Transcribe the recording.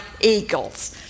eagles